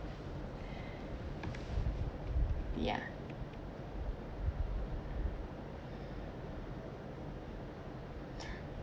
ya